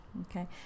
okay